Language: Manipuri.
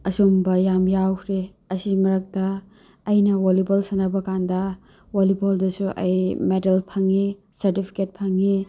ꯑꯁꯨꯝꯕ ꯌꯥꯝ ꯌꯥꯎꯈ꯭ꯔꯦ ꯑꯁꯤ ꯃꯔꯛꯇ ꯑꯩꯅ ꯋꯣꯂꯤꯕꯣꯜ ꯁꯥꯟꯅꯕꯀꯥꯟꯗ ꯋꯣꯜꯂꯤꯕꯣꯜꯗꯁꯨ ꯑꯩ ꯃꯦꯗꯜ ꯐꯪꯏ ꯁꯔꯇꯤꯐꯤꯀꯦꯠ ꯐꯪꯏ